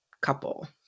couple